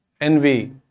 envy